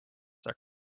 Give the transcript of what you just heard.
their